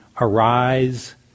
arise